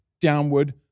downward